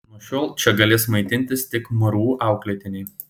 nuo šiol čia galės maitintis tik mru auklėtiniai